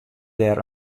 dêr